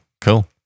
cool